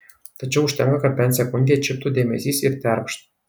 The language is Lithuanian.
tačiau užtenka kad bent sekundei atšiptų dėmesys ir terkšt